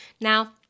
Now